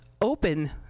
open